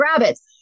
rabbits